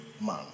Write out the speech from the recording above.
man